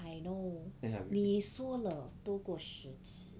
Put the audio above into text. I know 你说了多过十次